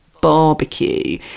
barbecue